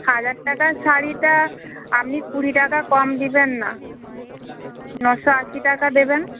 হাজার টাকার শাড়িটা আপনি কুড়ি টাকা কম দেবেন না নশো আশি টাকা দেবেন